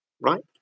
right